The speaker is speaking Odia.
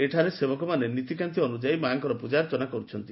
ଏଠାରେ ସେବକମାନେ ନୀତିକ୍ରାନ୍ତି ଅନୁଯାୟୀ ମା'ଙ୍କର ପୂଜାଚ୍ଚନା କରୁଛନ୍ତି